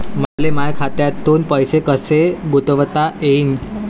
मले माया खात्यातून पैसे कसे गुंतवता येईन?